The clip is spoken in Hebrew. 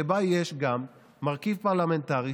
שבה יש גם מרכיב פרלמנטרי,